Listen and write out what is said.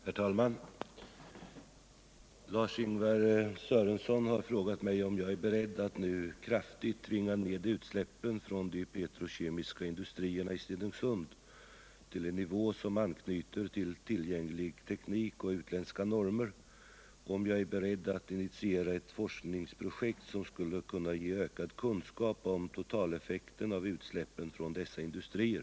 Herr talman! Lars-Ingvar Sörenson har frågat mig om jag är beredd att nu kraftigt tvinga ned utsläppen från de petrokemiska industrierna i Stenungsund till en nivå som anknyter till tillgänglig teknik och utländska normer och om jag är beredd att initiera ett forskningsprojekt som skulle kunna ge ökad kunskap om totaleffekten av utsläppen från dessa industrier.